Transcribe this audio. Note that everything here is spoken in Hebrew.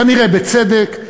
כנראה בצדק,